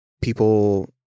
people